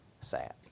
sad